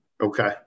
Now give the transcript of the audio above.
Okay